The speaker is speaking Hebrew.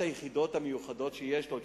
היחידות המיוחדות שיש לו,